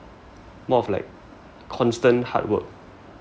more of like constant hard work